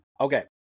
Okay